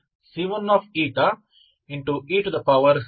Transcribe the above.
ಆದ್ದರಿಂದ ಇದು vξη 23C1